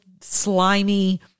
slimy